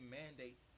mandate